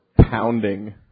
pounding